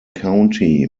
county